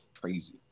crazy